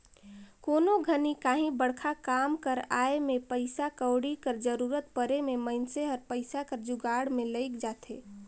कोनो घनी काहीं बड़खा काम कर आए में पइसा कउड़ी कर जरूरत परे में मइनसे हर पइसा कर जुगाड़ में लइग जाथे